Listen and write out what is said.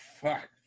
Fuck